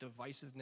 divisiveness